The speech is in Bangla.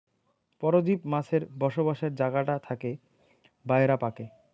পরজীব মাছের বসবাসের জাগাটা থাকে বায়রা পাকে